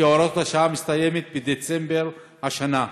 כי הוראת השעה מסתיימת בדצמבר השנה.